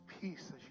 peace